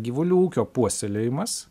gyvulių ūkio puoselėjimas